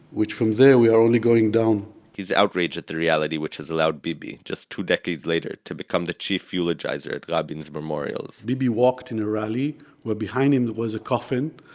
which from there we are only going down he's outraged at the reality which has allowed bibi, just two decades later, to become the chief eulogizer at rabin's memorials bibi walked in a rally where behind him there was a coffin,